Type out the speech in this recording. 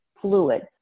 fluid